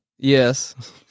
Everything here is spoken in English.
Yes